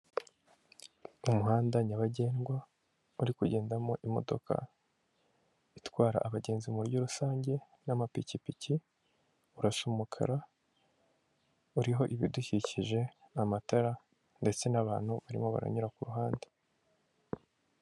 Umuhanda nyabagendwa uri kugendamo imodoka itwara abagenzi mu buryo rusange n'amapikipiki asa umukara uriho ibidukikije, amatara ndetse n'abantu barimo baranyura kuhande.